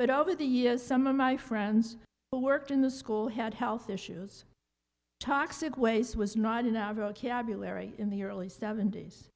but over the years some of my friends who worked in the school had health issues toxic waste was not in our vocabulary in the early seventy's